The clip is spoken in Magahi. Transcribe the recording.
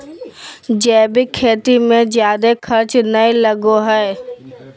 जैविक खेती मे जादे खर्च नय लगो हय